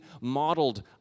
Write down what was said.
modeled